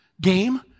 game